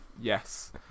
Yes